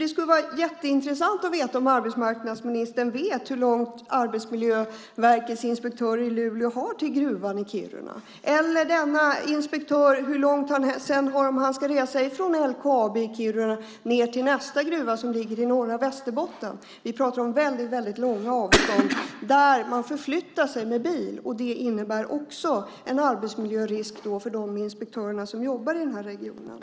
Det skulle vara jätteintressant att veta om arbetsmarknadsministern vet hur långt Arbetsmiljöverkets inspektörer i Luleå har till gruvan i Kiruna, eller hur långt denna inspektör har om han sedan ska resa från LKAB i Kiruna till nästa gruva som ligger i norra Västerbotten. Vi talar om väldigt långa avstånd där man förflyttar sig med bil. Det innebär också en arbetsmiljörisk för de inspektörer som jobbar i regionen.